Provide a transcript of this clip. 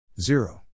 zero